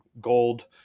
gold